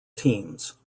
teams